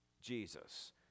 Jesus